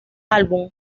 álbum